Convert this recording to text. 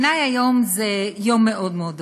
בעיני היום הוא יום מאוד מאוד עצוב.